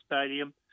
Stadium